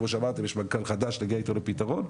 אם יש מנכ"ל חדש תגיע איתו לפתרון,